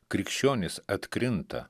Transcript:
krikščionys atkrinta